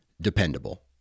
dependable